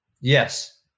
Yes